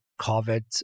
COVID